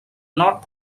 not